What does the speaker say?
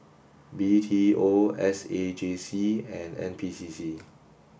B T O S A J C and N P C C